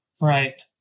Right